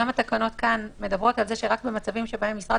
גם התקנות כאן מדברות על זה שרק במצבים שבהם משרד